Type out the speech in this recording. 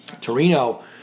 torino